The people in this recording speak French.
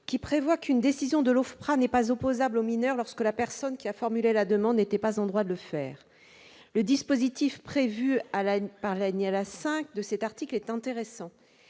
prévoyant qu'une décision de l'OFPRA n'est pas opposable au mineur lorsque la personne qui a formulé la demande n'était pas en droit de le faire. Le dispositif prévu par l'alinéa 5 de cet article est intéressant.